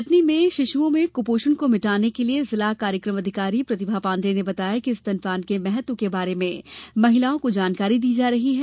कटनी में शिशुओं में कुपोषण को मिटाने के लिये जिला कार्यक्रम अधिकारी प्रतिभा पांडे ने बताया कि स्तनपान के महत्व के बारे में महिलाओं को जानकारी दी जा रही है